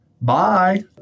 Bye